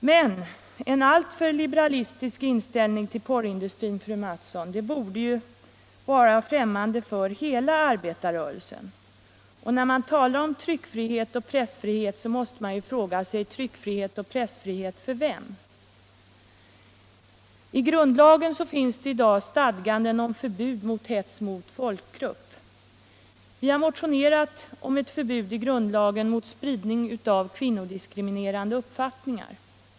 Men en alltför liberal inställning till porrindustrin borde, fröken Mattson, vara främmande för hela arbetarrörelsen. När man talar om tryckfrihet och pressfrihet måste man fråga sig: Tryckfrihet och pressfrihet för vem? I grundlagen finns i dag stadganden om förbud mot hets mot folkgrupp. Vi har motionerat om ett förbud i grundlagen mot spridning av kvin-: nodiskriminerande uppfattningar.